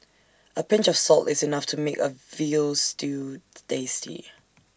A pinch of salt is enough to make A Veal Stew tasty